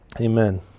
Amen